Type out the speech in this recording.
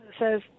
says